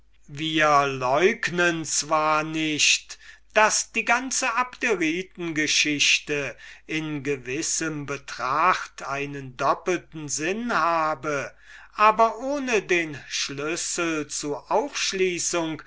wir leugnen zwar nicht daß die ganze abderitengeschichte in gewissen betracht einen doppelten sinn habe aber ohne den schlüssel zu aufschließung